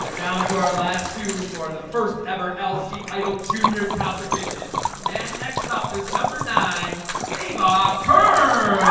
down to our last two for the first ever elsie idol junior competition and next up is number nine hey bob,